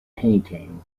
painting